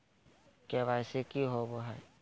KYC की हॉबे हय?